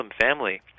family